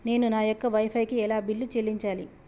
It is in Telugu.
నేను నా యొక్క వై ఫై కి ఎలా బిల్లు చెల్లించాలి?